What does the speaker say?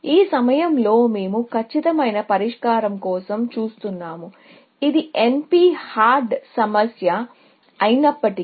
ఈ సమయంలో మేము ఖచ్చితమైన పరిష్కారం కోసం చూస్తున్నాము ఇది NP హార్డ్ సమస్య అయినప్పటికీ